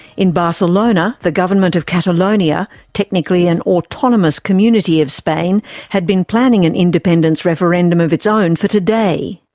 in barcelona, the government of catalonia technically an autonomous community of spain had been planning an independence referendum of its own for today.